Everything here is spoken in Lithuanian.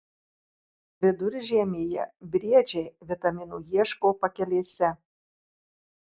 viduržiemyje briedžiai vitaminų ieško pakelėse